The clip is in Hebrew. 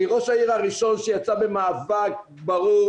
אני ראש העיר הראשון שיצא במאבק ברור